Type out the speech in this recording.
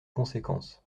conséquence